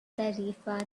tarifa